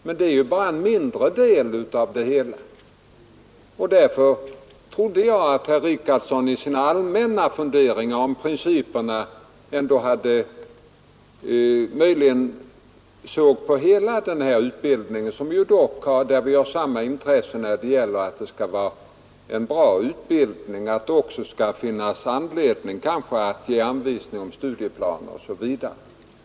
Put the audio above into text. Men det är ju bara en mindre del av det hela, och därför trodde jag att herr Richardson i sina allmänna funderingar om principerna ändå möjligen såg på hela utbildningen, där vi har samma intresse av att det skall vara en bra utbildning och har anledning att ge anvisningar om studieplaner osv.